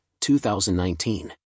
2019